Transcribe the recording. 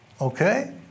okay